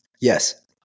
Yes